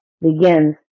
begins